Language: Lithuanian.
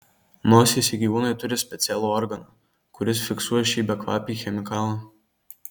nosyse gyvūnai turi specialų organą kuris fiksuoja šį bekvapį chemikalą